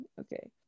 okay